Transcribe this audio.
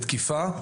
בתקיפה,